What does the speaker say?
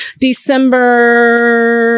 december